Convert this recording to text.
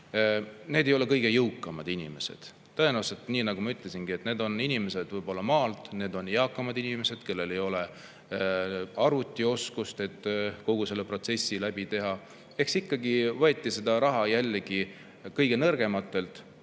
ei ole kõige jõukamad inimesed. Tõenäoliselt, nii nagu ma ütlesingi, on nad võib-olla maalt ja eakamad inimesed, kellel ei ole arvutioskust, et kogu protsess läbi teha. Ikkagi võeti see raha jälle kõige nõrgematelt